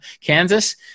Kansas